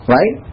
Right